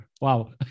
Wow